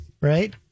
Right